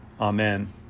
Amen